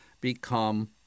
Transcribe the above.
become